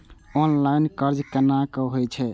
Online कर्ज केना होई छै?